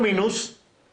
צבירת ותק,